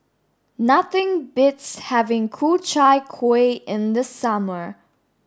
nothing beats having Ku Chai Kuih in the summer